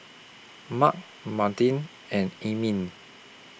Mark Martine and E Ming